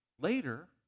Later